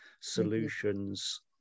solutions